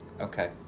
Okay